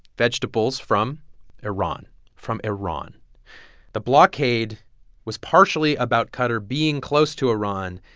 vegetables from iran from iran the blockade was partially about qatar being close to iran,